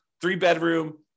three-bedroom